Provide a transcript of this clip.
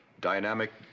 dynamic